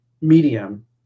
medium